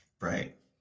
Right